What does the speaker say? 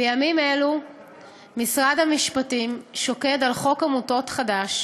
בימים אלה משרד המשפטים שוקד על חוק עמותות חדש.